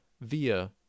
via